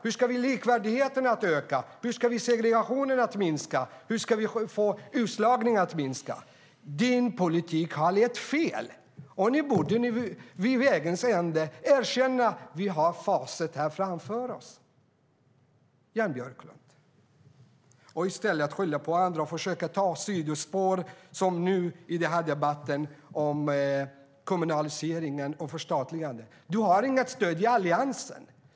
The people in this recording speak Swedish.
Hur ska vi få likvärdigheten att öka? Hur ska vi få segregationen att minska? Hur ska vi få utslagningen att minska? Din politik har lett fel, Jan Björklund, och det borde du vid vägs ände erkänna. Vi har ju facit framför oss. Skyll inte på andra och försök ta sidospår om kommunalisering och förstatligande som i denna debatt. Du har inget stöd för det i Alliansen.